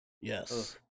yes